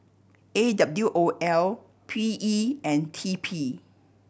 A W O L P E and T P